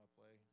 play